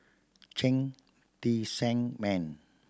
Cheng Tsang Man